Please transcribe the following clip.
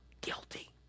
Guilty